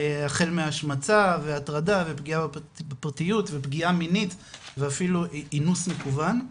החל מהשמצה והטרדה ופגיעה בפרטיות ופגיעה מינית ואפילו אינוס מקוון.